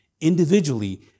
individually